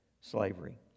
slavery